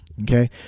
Okay